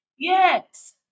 Yes